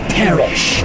perish